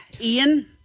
Ian